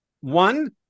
one